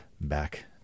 Back